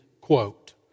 quote